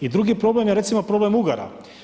I drugi problem je recimo problem ugara.